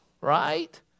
right